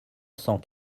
cent